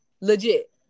legit